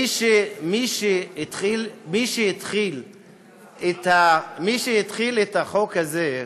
מי שהתחיל את החוק הזה,